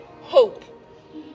hope